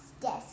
Desk